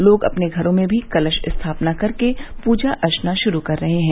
लोग अपने घरो में भी कलश स्थापना कर के पूजा अर्चना शुरू कर रहे हैं